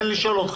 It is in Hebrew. תן לשאול אותך.